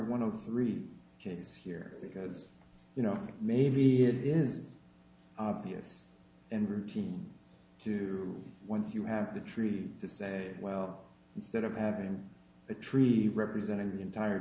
the three kids here because you know maybe it is obvious and routine to once you have the tree to say well instead of having the tree representing the entire